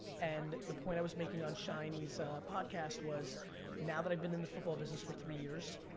and the point i was making on shine's podcast was now that i've been in the football business for three years,